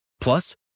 Plus